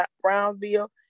Brownsville